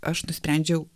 aš nusprendžiau